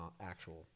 actual